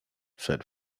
said